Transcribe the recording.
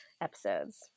episodes